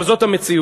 אבל זאת המציאות.